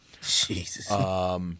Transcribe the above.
Jesus